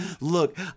look